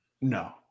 No